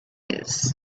news